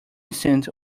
instant